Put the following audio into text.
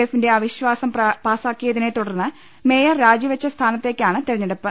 എഫിന്റെ അവിശ്വാസം പാസായതിനെ തുടർന്ന് മേയർ രാജിവെച്ച സ്ഥാനത്തേക്കാണ് തെരഞ്ഞെടുപ്പ്